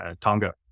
Tonga